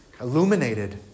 illuminated